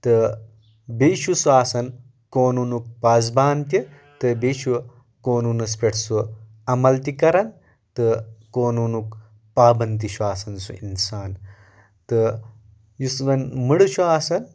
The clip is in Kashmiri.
تہٕ بیٚیہِ چھُ سُہ آسان قونوٗنُک بازبان تہِ تہٕ بیٚیہِ چھُ قونوٗنس پٮ۪ٹھ سُہ عمل تہِ کران تہٕ قونوٗنُک پابنٛد تہِ چھُ آسان سُہ انسان تہٕ یُس وۄنۍ مٕڈٕ چھُ آسان